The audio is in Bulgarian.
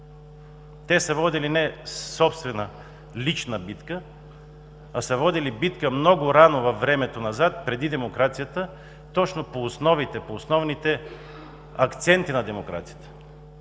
Те са водили не собствена, лична битка, а са водили битка много рано във времето назад, преди демокрацията, точно по основните акценти на демокрацията.